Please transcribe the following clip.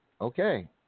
okay